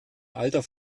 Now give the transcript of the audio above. alter